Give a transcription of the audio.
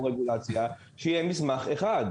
שיהיה מסמך אחד.